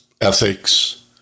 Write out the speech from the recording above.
ethics